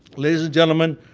ladies and gentlemen,